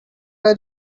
are